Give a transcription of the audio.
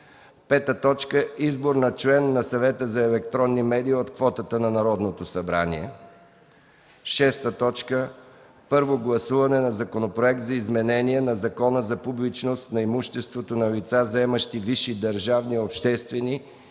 седмица. 5. Избор на член на Съвета за електронни медии от квотата на Народното събрание. 6. Първо гласуване на Законопроект за изменение на Закона за публичност на имуществото на лица, заемащи висши държавни, обществени